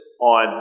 on